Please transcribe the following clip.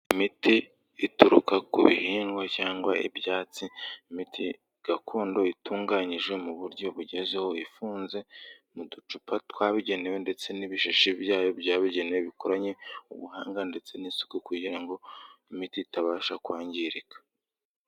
Imiti ituruka ku bihingwa cyangwa ibyatsi, imiti gakondo itunganyije mu buryo bugezweho, ifunze mu ducupa twabugenewe ndetse n'ibishashi byayo byabugenewe bikoranye ubuhanga ndetse n'isuku kugira ngo imiti itabasha kwangirika.